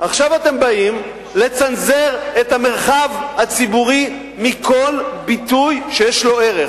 עכשיו אתם באים לצנזר את המרחב הציבורי מכל ביטוי שיש לו ערך.